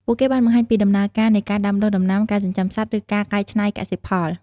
ពួកគេបានបង្ហាញពីដំណើរការនៃការដាំដុះដំណាំ ការចិញ្ចឹមសត្វ ឬការកែច្នៃកសិផល។